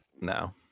no